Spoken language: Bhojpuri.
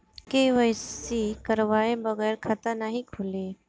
के.वाइ.सी करवाये बगैर खाता नाही खुली?